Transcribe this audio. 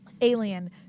Alien